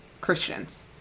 christians